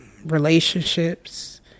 relationships